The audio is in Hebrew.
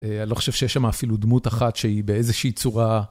אני לא חושב שיש שם אפילו דמות אחת שהיא באיזושהי צורה...